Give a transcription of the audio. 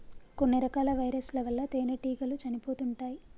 కొన్ని రకాల వైరస్ ల వల్ల తేనెటీగలు చనిపోతుంటాయ్